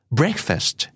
breakfast